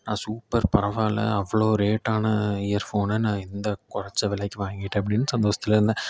super பரவாயில்ல அவ்வளோ ரேட்டான இயர் ஃபோன் நான் இந்த கொறைச்ச விலைக்கி வாங்கிட்டேன் அப்படின் சந்தோசத்தில் இருந்தேன்